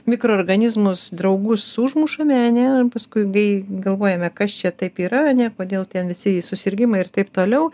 mikroorganizmus draugus užmušame a ne paskui gai galvojame kas čia taip yra a ne kodėl ten visi susirgimai ir taip toliau